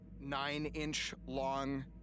nine-inch-long